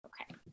okay